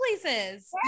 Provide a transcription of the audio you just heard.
places